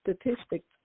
statistics